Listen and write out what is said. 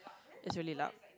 it's really luck